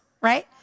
Right